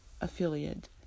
affiliate